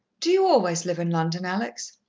do you always live in london, alex?